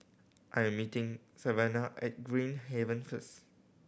I am meeting Savanna at Green Haven first